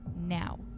Now